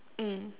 mm